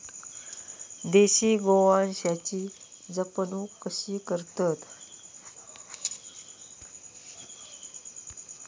देशी गोवंशाची जपणूक कशी करतत?